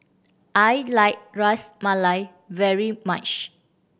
I like Ras Malai very much